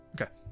Okay